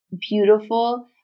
beautiful